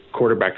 quarterbacks